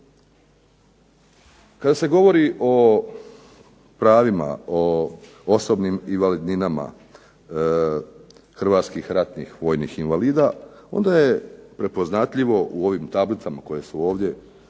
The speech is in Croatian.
Kada se govori o pravima, o osobnim invalidninama Hrvatskih ratnih vojnih invalida, onda je prepoznatljivo u ovim tablicama koje su ovdje